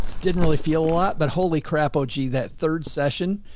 didn't really feel a lot, but holy crap. oh gee, that third session.